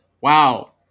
Wow